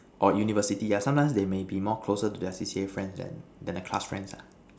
or university ah sometimes they may be more closer with the C_C_A friends than than the class friend lah